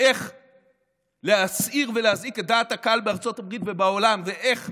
איך להסעיר ולהזעיק את דעת הקהל בארצות הברית ובעולם ואיך